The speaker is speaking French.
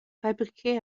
fabriquées